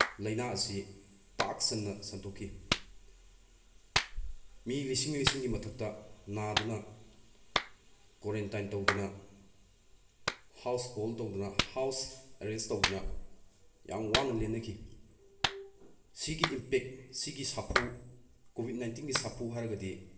ꯂꯥꯏꯅꯥ ꯑꯁꯤ ꯄꯥꯛ ꯁꯟꯅ ꯁꯟꯇꯣꯛꯈꯤ ꯃꯤ ꯂꯤꯁꯤꯡ ꯂꯤꯁꯤꯡꯒꯤ ꯃꯊꯛꯇ ꯅꯥꯗꯨꯅ ꯀꯣꯔꯦꯟꯇꯥꯏꯟ ꯇꯧꯗꯅ ꯍꯥꯎꯁ ꯍꯣꯜ ꯇꯧꯗꯅ ꯍꯥꯎꯟ ꯑꯦꯔꯦꯁ ꯇꯧꯗꯅ ꯌꯥꯝ ꯋꯥꯅ ꯂꯦꯟꯅꯈꯤ ꯁꯤꯒꯤ ꯏꯝꯄꯦꯛ ꯁꯤꯒꯤ ꯁꯥꯐꯨ ꯀꯣꯚꯤꯠ ꯅꯥꯏꯟꯇꯤꯟꯒꯤ ꯁꯥꯐꯨ ꯍꯥꯏꯔꯒꯗꯤ